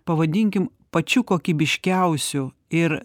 pavadinkim pačiu kokybiškiausiu ir